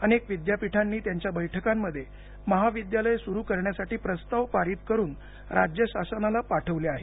अनेक विद्यापीठांनी त्यांच्या बैठकांमध्ये महाविद्यालय सुरु करण्यासाठी प्रस्ताव पारित करून राज्य शासनाला पाठवले आहेत